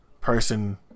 person